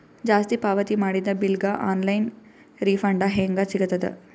ಜಾಸ್ತಿ ಪಾವತಿ ಮಾಡಿದ ಬಿಲ್ ಗ ಆನ್ ಲೈನ್ ರಿಫಂಡ ಹೇಂಗ ಸಿಗತದ?